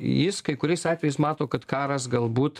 jis kai kuriais atvejais mato kad karas galbūt